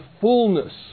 fullness